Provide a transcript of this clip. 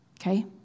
Okay